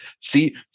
see